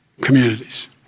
communities